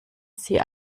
sie